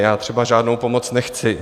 Já třeba žádnou pomoc nechci.